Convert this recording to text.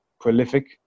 prolific